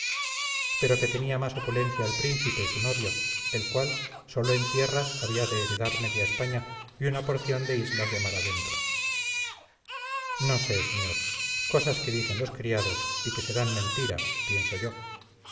pero que tenía más opulencia el príncipe su novio el cual sólo en tierras había de heredar media españa y una porción de islas de mar adentro no sé señor cosas que dicen los criados y que serán mentira pienso yo